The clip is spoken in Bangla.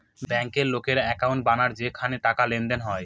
ব্যাঙ্কের লোকেরা একাউন্ট বানায় যেখানে টাকার লেনদেন হয়